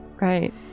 Right